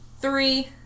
three